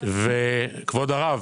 כבוד הרב,